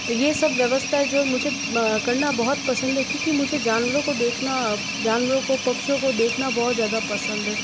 यह सब व्यवस्था है जो मुझे करना बहुत पसंद है क्योंकि मुझे जानवरों को देखना जानवरों को पक्षियों को देखना बहुत ज़्यादा पसंद है